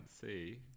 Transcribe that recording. see